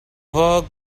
work